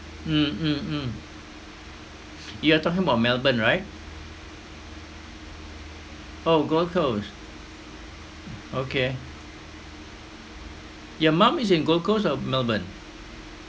mm mm mm you are talking about melbourne right oh gold coast okay your mum is in gold coast or melbourne